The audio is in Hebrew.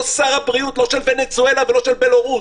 הוא לא שר הבריאות, לא של ונצואלה ולא של בלרוס.